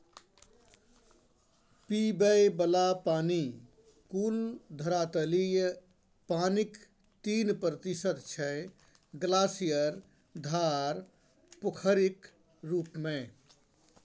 पीबय बला पानि कुल धरातलीय पानिक तीन प्रतिशत छै ग्लासियर, धार, पोखरिक रुप मे